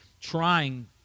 Trying